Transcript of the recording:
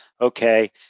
okay